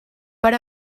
per